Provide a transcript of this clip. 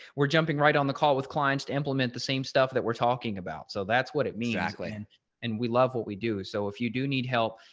we're jumping right on the call with clients to implement the same stuff that we're talking about. so that's what it means. and and we love what we do. so if you do need help,